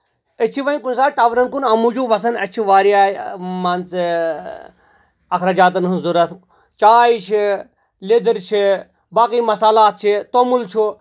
أسۍ چھِ وۄنۍ کُنہِ ساتہٕ ٹونن کُن اَمہِ موٗجوٗب وَسان اَسہِ چھِ واریاہ مان ژٕ اَخراجاتَن ہٕنٛز ضرورَت چاے چھِ لیٚدٕر چھِ باقٕے مصالات چھِ تومُل چھُ